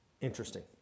Interesting